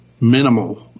minimal